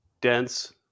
dense